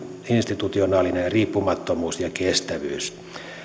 institutionaalinen riippumattomuus ja kestävyys